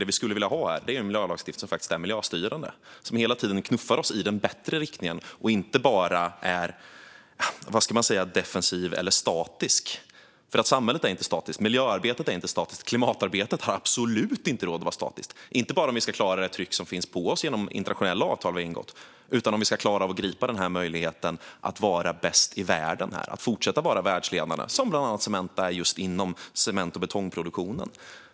Det vi skulle vilja ha är miljölagstiftning som faktiskt är miljöstyrande, som hela tiden knuffar oss i den bättre riktningen och inte bara är defensiv eller statisk. Samhället är ju inte statiskt. Miljöarbetet är inte statiskt. Klimatarbetet har absolut inte råd att vara statiskt, inte om vi ska klara det tryck som finns på oss genom internationella avtal som vi ingått och inte om vi ska klara att gripa möjligheten att vara bäst i världen och världsledande - som bland annat Cementa är inom cement och betongproduktionen.